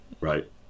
right